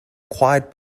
quiet